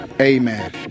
Amen